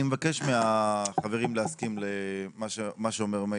אני מבקש מהחברים להסכים למה שאומר מאיר.